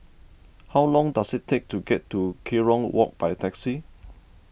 how long does it take to get to Kerong Walk by taxi